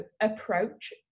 approach